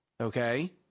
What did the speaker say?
Okay